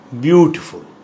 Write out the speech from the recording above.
beautiful